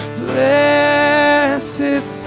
blessed